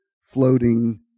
floating